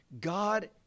God